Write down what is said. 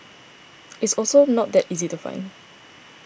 it's also not that easy to find